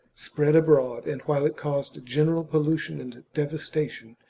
spread abroad, and, while it caused general pollution and devastation,